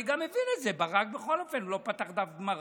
אני גם מבין את זה, בכל אופן, ברק לא פתח דף גמרא,